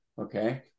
Okay